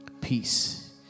peace